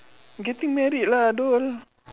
getting married lah !duh!